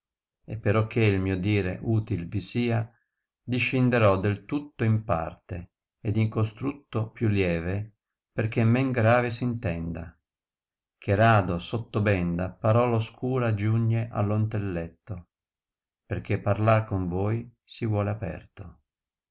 e perocché il mio dire util vi sia discenderò del tutto in parte ed in costrutto più lieve perchè men grave sntenda che rado sotto benda parola oscura giugne allo intelletto perchè parlar con voi si vuole aperto